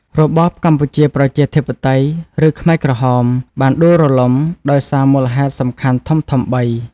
របបកម្ពុជាប្រជាធិបតេយ្យ ឬខ្មែរក្រហម បានដួលរលំដោយសារមូលហេតុសំខាន់ធំៗបី។